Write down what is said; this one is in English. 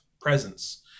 presence